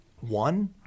one